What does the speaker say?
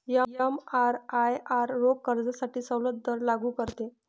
एमआरआयआर रोख कर्जासाठी सवलत दर लागू करते